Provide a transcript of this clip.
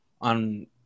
on